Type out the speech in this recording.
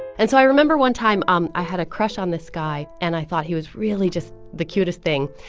and so i remember one time, um i had a crush on this guy, and i thought he was really just the cutest thing.